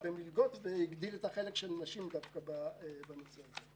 במלגות והגדיל את החלק של נשים בנושא הזה.